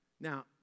Now